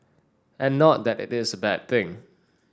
and not that it is a bad thing